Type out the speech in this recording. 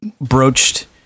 broached